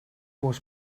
was